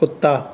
ਕੁੱਤਾ